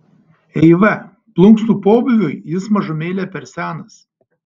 eiva plunksnų pobūviui jis mažumėlę per senas